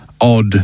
odd